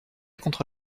contre